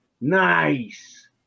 Nice